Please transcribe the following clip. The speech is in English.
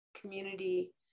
community